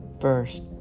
First